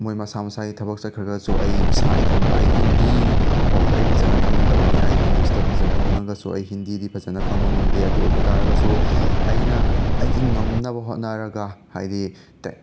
ꯃꯣꯏ ꯃꯁꯥ ꯃꯁꯥꯒꯤ ꯊꯕꯛ ꯆꯠꯈ꯭ꯔꯒꯁꯨ ꯑꯩ ꯏꯁꯥ ꯏꯊꯟꯇ ꯑꯩ ꯍꯤꯟꯗꯤ ꯐꯥꯎꯗ ꯑꯩ ꯐꯖꯅ ꯈꯪꯗꯕꯅꯤ ꯑꯩ ꯏꯪꯂꯤꯁꯇ ꯐꯖꯅ ꯈꯪꯉꯒꯁꯨ ꯑꯩ ꯍꯤꯟꯗꯤꯗꯤ ꯐꯖꯅ ꯈꯪꯕ ꯉꯝꯗꯦ ꯑꯗꯨ ꯑꯣꯏꯕ ꯇꯥꯔꯒꯁꯨ ꯑꯩꯅ ꯑꯩꯒꯤ ꯉꯝꯅꯕ ꯍꯣꯠꯅꯔꯒ ꯍꯥꯏꯗꯤ ꯇꯦ